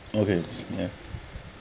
okay yeah